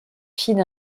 fille